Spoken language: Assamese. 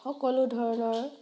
সকলো ধৰণৰ